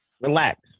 relax